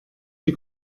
die